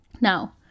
Now